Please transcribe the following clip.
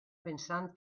pensant